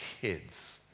kids